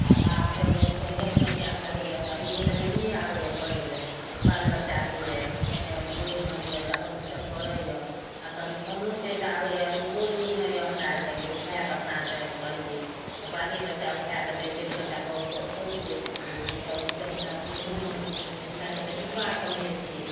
आओर आब जब जब पहिलेसे नहि जानकारी यऽ तऽ अभिओ तऽ नहिएँ आबैए करैलए बाल बच्चाकेँ हेबे लुरि ढङ्ग यऽ ओसभ करैए आओर कभी फोनो चलि आबैए तऽ ओहो लुरि नहि यऽ हमरा आओरके जे उठैके अपनासे करिए तऽ बाले बच्चा उठैके दै छै तऽ कनिटा गपसप करि लै छिए नहि तऽ ओ तऽ हमरा कोनो उँ नहि हमरा आओरके तऽ डिब्बा समझै छिए